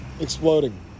Exploding